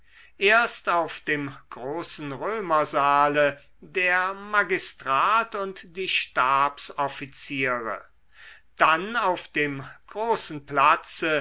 erst auf dem großen römersaale der magistrat und die stabsoffiziere dann auf dem großen platze